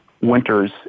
winters